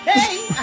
Hey